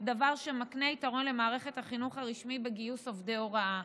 דבר המקנה יתרון למערכת החינוך הרשמי בגיוס עובדי הוראה.